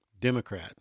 Democrat